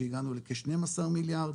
הגענו לכ-12 מיליארד,